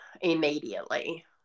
immediately